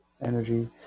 energy